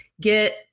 get